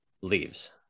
leaves